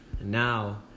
now